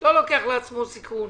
לא לוקח לעצמו סיכון,